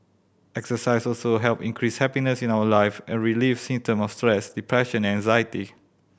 exercise also help increase happiness in our life and relieve symptom of stress depression and anxiety